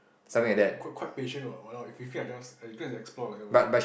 !wah! quite quite patient what !walao! if if me I just I go and explore myself